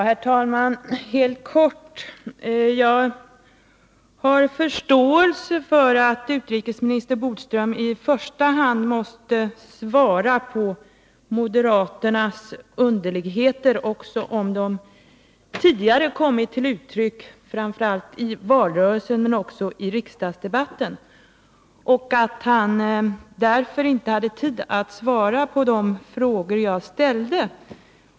Herr talman! Jag skall fatta mig helt kort. Jag har förståelse för att utrikesminister Bodström i första hand måste svara på moderaternas underligheter, också om de tidigare kommit till uttryck framför allt i valrörelsen men också i riksdagsdebatten, och att han därför inte hade tid att svara på de frågor jag ställde.